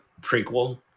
prequel